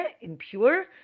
impure